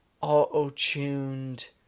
auto-tuned